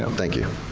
um thank you.